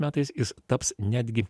metais jis taps netgi